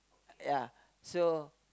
ya so